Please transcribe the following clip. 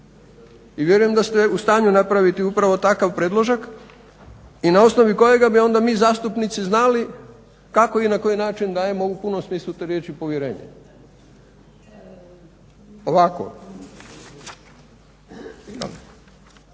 I vjerujem da ste u stanju napraviti upravo takav predložak i na osnovu kojega bi mi zastupnici znali kako i na koji način dajemo u punom smislu te riječi povjerenje. Ovako.